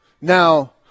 Now